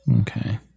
Okay